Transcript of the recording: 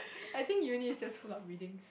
I think uni is just full of reading